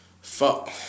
Fuck